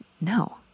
no